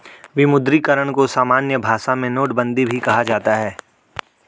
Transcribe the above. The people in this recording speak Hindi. विमुद्रीकरण को सामान्य भाषा में नोटबन्दी भी कहा जाता है